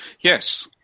Yes